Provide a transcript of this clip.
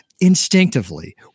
instinctively